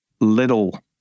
little